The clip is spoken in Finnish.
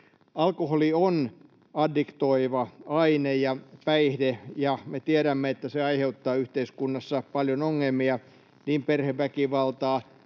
Alkoholi on addiktoiva aine ja päihde, ja me tiedämme, että se aiheuttaa yhteiskunnassa paljon ongelmia — perheväkivaltaa,